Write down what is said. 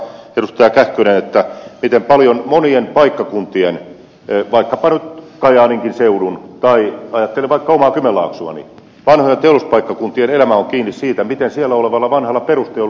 kähkönen miten paljon monien paikkakuntien vaikkapa nyt kajaaninkin seudun tai ajattelen vaikka omaa kymenlaaksoani vanhojen teollisuuspaikkakuntien elämä on kiinni siitä miten siellä olevalla vanhalla perusteollisuudella menee